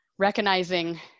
recognizing